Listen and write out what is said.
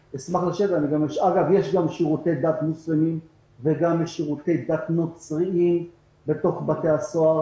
יש גם שירותי דת מוסלמים ונוצרים בתוך בתי הסוהר.